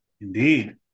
Indeed